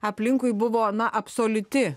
aplinkui buvo na absoliuti